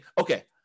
okay